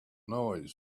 noise